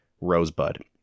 Rosebud